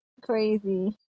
crazy